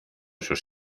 sus